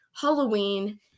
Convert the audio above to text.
Halloween